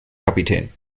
kapitän